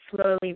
slowly